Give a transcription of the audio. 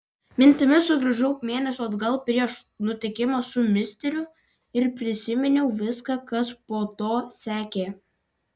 mintimis sugrįžau mėnesį atgal prieš nutikimą su misteriu ir prisiminiau viską kas po to sekė